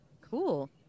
Cool